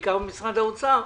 בעיקר במשרד האוצר,